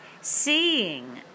seeing